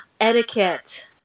etiquette